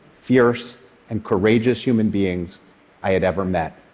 fierce and courageous human beings i had ever met.